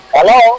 Hello